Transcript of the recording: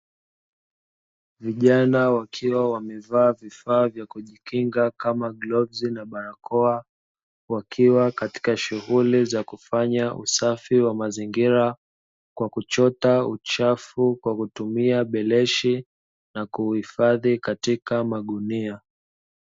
Vijana wakiwa wamevaa vifaa vya kujikinga, kama glovu na barakoa wakiwa katika shughuli za kufanya usafi wa mazingira kwa kuchota uchafu kwa kutumia beleshi na kuuhifadhi katika magunia.